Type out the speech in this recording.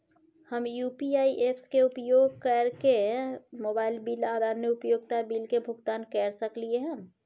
हम UPI apps के उपयोग कैरके मोबाइल बिल आर अन्य उपयोगिता बिल के भुगतान कैर सकलिये हन